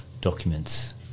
documents